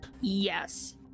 Yes